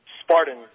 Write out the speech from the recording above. Spartan